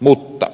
mutta